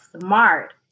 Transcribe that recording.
smart